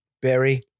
Berry